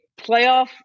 playoff